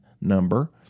number